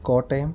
Kottayam